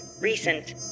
recent